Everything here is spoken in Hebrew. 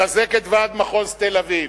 לחזק את ועד מחוז תל-אביב.